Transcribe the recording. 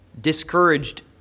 discouraged